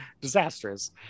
disastrous